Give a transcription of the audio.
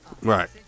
Right